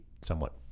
somewhat